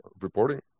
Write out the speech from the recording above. reporting